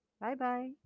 Bye-bye